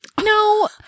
no